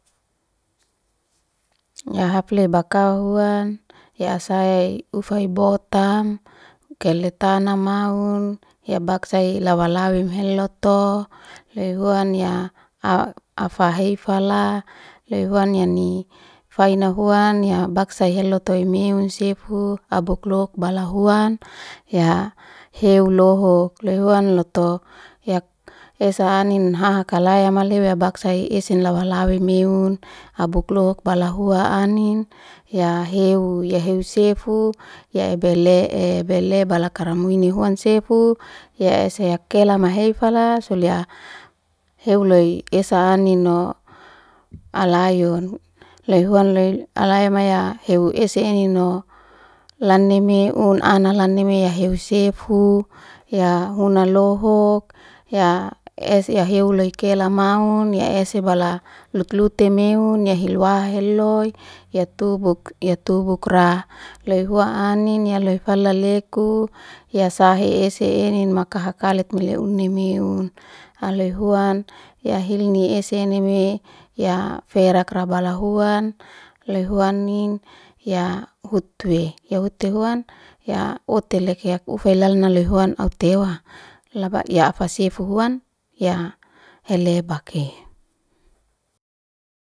Ya hafley bakawa huan ya saya ufay botam kele tan maun ebak i lawa lawa him lotu, loy huan ya a- aifa la loy huan ya ni faina huan ya baksa heloy toim meun sefu abuk lok bala huan ya heu lohuk, leu huan lotu yak esa anin hahakala yama leu ya baksa esen lau lawa lawe meun abuk lohuk bala hua anin ya hewu ya hewu sefu ya ebele'e, ebele bala karamui ni huan sefu ya se ya kela mahe fala solea hou loy ese anino alayon loy huan loy alayo maya heu ese enino lani meun ana lanime ya hefu sefu ya huna lohuk, ya ese ya heuloy kela maun ya ese bala lut- lute meun ya hilwa heloy ya tubuk, ya tubukra loy hua anin ya loy fala leku ya sahe ese enin maha maha kalet meleo uni meun, haloy huan ya hilni esenime ya ferakra bala huan, loy huan anin ya hutwe, ya huti huan ya uti lek yak ufay lalnal loy huan au tewa laba ya afa sefu huan ya heley bake.